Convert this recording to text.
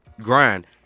grind